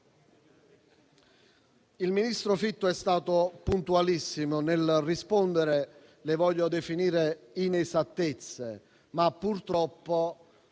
Il ministro Fitto è stato puntualissimo nel rispondere a quelle che voglio definire inesattezze. Purtroppo,